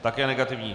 Také negativní.